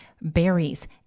berries